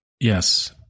Yes